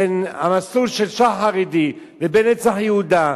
בין המסלול של שח"ר ובין "נצח יהודה"